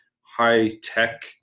high-tech